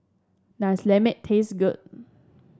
does lemang taste good